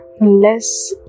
less